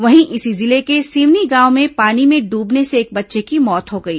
वहीं इसी जिले के सिवनी गांव में पानी में डूबने से एक बच्चे की मौत हो गई